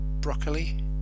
broccoli